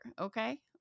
okay